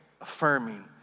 affirming